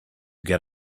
get